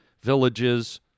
villages